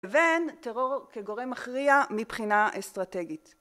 ואין טרור כגורם מכריע מבחינה אסטרטגית